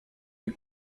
les